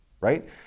right